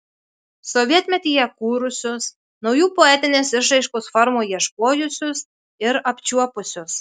sovietmetyje kūrusius naujų poetinės išraiškos formų ieškojusius ir apčiuopusius